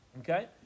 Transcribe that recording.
okay